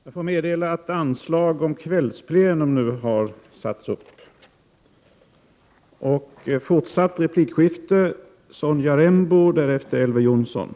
Jag får meddela att anslag nu har satts upp om att detta sammanträde skall I fortsätta efter kl. 19.00.